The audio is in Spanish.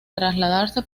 trasladarse